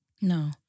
No